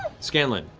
scanlan,